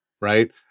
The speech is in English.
right